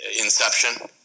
Inception